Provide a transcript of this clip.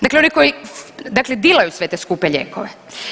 Dakle oni koji, dakle dilaju sve te skupe lijekove.